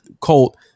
Colt